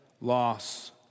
loss